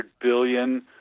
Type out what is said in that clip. billion